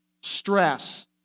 Stress